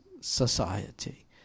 society